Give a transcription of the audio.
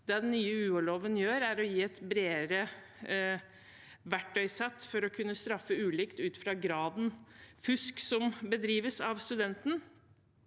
Det den nye UH-loven gjør, er å gi et bredere verktøysett for å kunne straffe ulikt ut fra graden av fusk som bedrives av studenten.